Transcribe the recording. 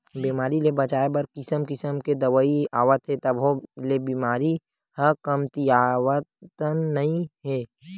बेमारी ले बचाए बर किसम किसम के दवई आवत हे तभो ले बेमारी ह कमतीयावतन नइ हे